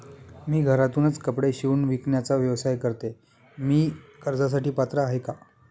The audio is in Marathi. मी घरातूनच कपडे शिवून विकण्याचा व्यवसाय करते, मी कर्जासाठी पात्र आहे का?